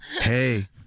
Hey